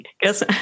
guess